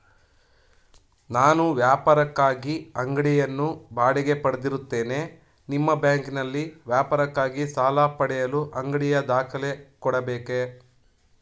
ನಾನು ವ್ಯಾಪಾರಕ್ಕಾಗಿ ಅಂಗಡಿಯನ್ನು ಬಾಡಿಗೆ ಪಡೆದಿರುತ್ತೇನೆ ನಿಮ್ಮ ಬ್ಯಾಂಕಿನಲ್ಲಿ ವ್ಯಾಪಾರಕ್ಕಾಗಿ ಸಾಲ ಪಡೆಯಲು ಅಂಗಡಿಯ ದಾಖಲೆ ಕೊಡಬೇಕೇ?